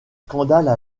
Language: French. scandales